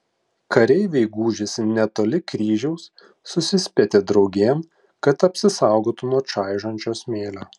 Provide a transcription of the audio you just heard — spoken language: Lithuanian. kareiviai gūžėsi netoli kryžiaus susispietė draugėn kad apsisaugotų nuo čaižančio smėlio